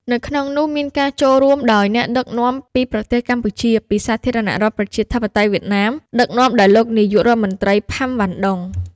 នៅក្នុងនោះមានការចូលរួមដោយអ្នក ដឹកនាំពីប្រទេសកម្ពុជា ពីសាធារណរដ្ឋប្រជាធិបតេយ្យវៀតណាម ដឹកនាំដោយលោកនាយក រដ្ឋមន្រ្តី ផាំ វ៉ាន់ ដុង។